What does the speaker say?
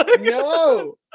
No